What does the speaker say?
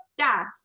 stats